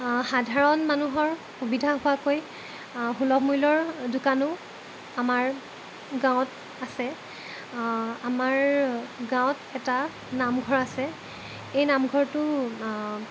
সাধাৰণ মানুহৰ সুবিধা হোৱাকৈ সুলভ মূল্যৰ দোকানো আমাৰ গাঁৱত আছে আমাৰ গাঁৱত এটা নামঘৰ আছে এই নামঘৰটো